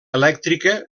elèctrica